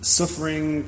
suffering